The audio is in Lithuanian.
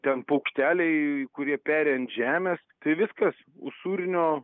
ten paukšteliai kurie peri ant žemės tai viskas usūrinio